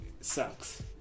sucks